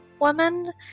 woman